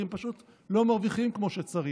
כי הם פשוט לא מרוויחים כמו שצריך,